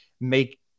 make